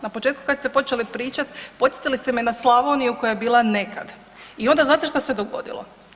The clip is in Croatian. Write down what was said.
Na početku kad ste počeli pričat podsjetili ste me na Slavoniju koja je bila nekad i onda znate šta se dogodilo?